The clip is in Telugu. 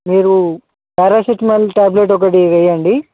మీరు ప్యారాసిట్మాల్ ట్యాబ్లేట్ ఒకటి వేయండి